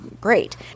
Great